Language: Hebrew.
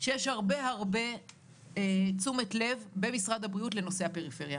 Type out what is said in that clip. שיש הרבה הרבה תשומת לב במשרד הבריאות לנושא הפריפריה.